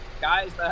guys